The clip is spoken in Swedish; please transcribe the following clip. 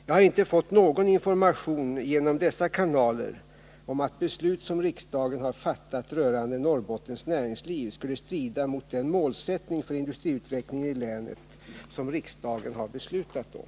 Jag har inte fått någon information genom dessa kanaler om att beslut som riksdagen har fattat rörande Norrbottens näringsliv skulle strida mot den målsättning för industriutvecklingen i länet som riksdagen har beslutat om.